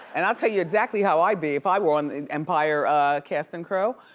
and i'd tell you exactly how i'd be, if i were on empire cast and crew,